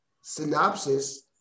synopsis